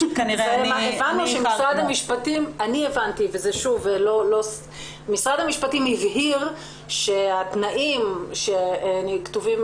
אני הבנתי שמשרד המשפטים הבהיר שהתנאים שכתובים